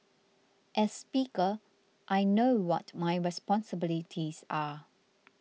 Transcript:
as speaker I know what my responsibilities are